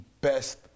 best